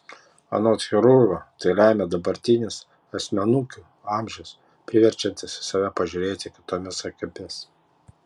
anot chirurgo tai lemia dabartinis asmenukių amžius priverčiantis į save pažiūrėti kitomis akimis